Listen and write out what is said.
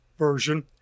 version